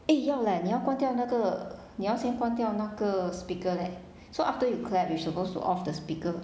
eh 要 leh 你要关掉那个你要先关掉那个 speaker leh so after you clap you suppose to off the speaker